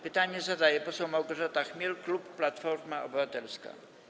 Pytanie zadaje poseł Małgorzata Chmiel, klub Platforma Obywatelska.